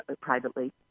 privately